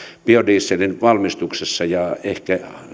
biodieselin valmistuksessa ja ehkä